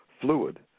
fluid